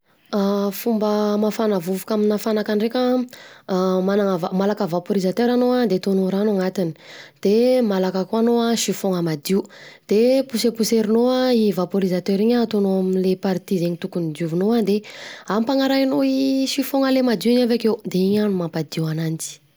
Fomba hamafana vovoka aminà fanaka ndreka an, manana va, malaka vaporisateur anao an de ataonao rano anatiny, de malaka koa anao chifogna madio, de poseposerinao an i voporisateura iny an ataonao amin'ny partie zegny tokony ho diovinao de ampanarahinao i chifogna le madio iny avekeo, de iny mampadio ananjy.